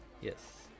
yes